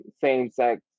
same-sex